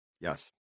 Yes